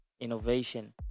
innovation